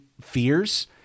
fears